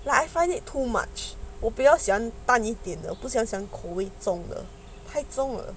like I find it too much 我比较喜欢谈一点的不想口味太重了